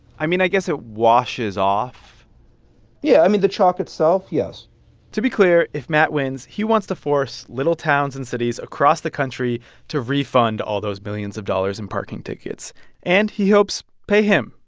i mean, i guess it washes off yeah. i mean, the chalk itself, yes to be clear, if matt wins, he wants to force little towns and cities across the country to refund all those millions of dollars in parking tickets and, he hopes, pay him.